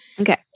okay